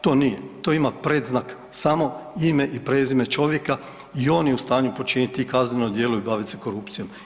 To nije, to ima predznak samo ime i prezime čovjeka i on je u stanju počiniti kazneno djelo i bavit se korupcijom.